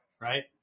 Right